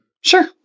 Sure